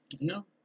No